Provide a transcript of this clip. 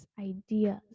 ideas